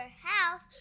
house